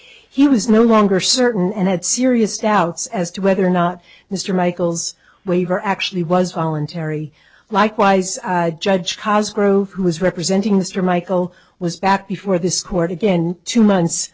he was no longer certain and had serious doubts as to whether or not mr michael's waiver actually was voluntary likewise judge because grove who was representing mr michael was back before this court again two months